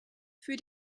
für